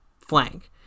flank